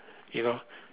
you know